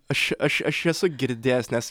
aš aš aš esu girdėjęs nes